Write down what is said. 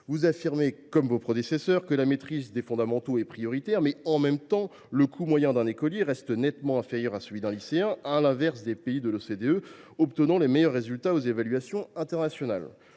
Vous affirmez, comme vos prédécesseurs, que la maîtrise des fondamentaux est prioritaire, mais « en même temps » le coût moyen d’un écolier reste nettement inférieur à celui d’un lycéen, à l’inverse des pays de l’OCDE obtenant les meilleurs résultats aux évaluations internationales.